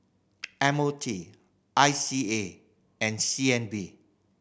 M O T I C A and C N B